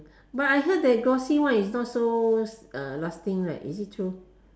but I heard that glossy one is not so uh lasting right is it true